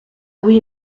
oui